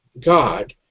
God